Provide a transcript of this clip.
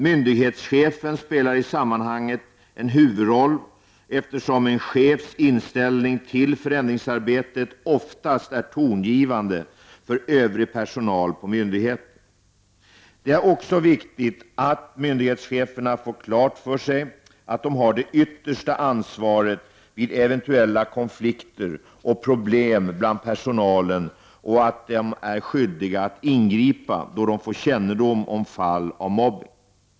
Myndighetschefen spelar i sammanhanget en huvudroll, eftersom en chefs inställning till förändringsarbete oftast är tongivande för övrig personal på myndigheten. Det är också viktigt att myndighetscheferna får klart för sig att de har det yttersta ansvaret vid eventuella konflikter och problem bland personalen och att de är skyldiga att ingripa då de får kännedom om fall av mobbning.